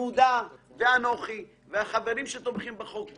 יהודה ואנוכי והחברים שתומכים בחוק,